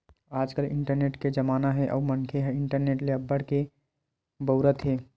आजकाल इंटरनेट के जमाना हे अउ मनखे ह इंटरनेट ल अब्बड़ के बउरत हे